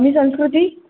मी संस्कृती